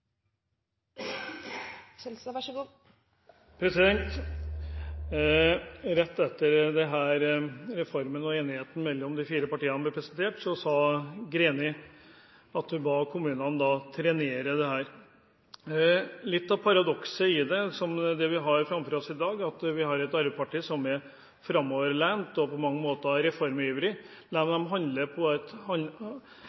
Rett etter at denne reformen og enigheten mellom de fire partiene ble presentert, så sa Greni at hun ba kommunene «trenere» dette. Litt av paradokset i det som vi har foran oss i dag, er at vi har et Arbeiderparti som er framoverlent og på mange